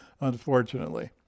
unfortunately